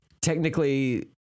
technically